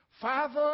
father